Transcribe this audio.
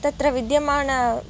तत्र विद्यमाण